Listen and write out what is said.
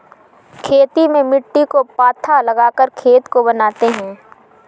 खेती में मिट्टी को पाथा लगाकर खेत को बनाते हैं?